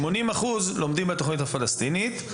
80% לומדים בתוכנית הפלסטינית.